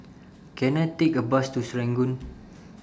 Can I Take A Bus to Serangoon